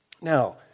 Now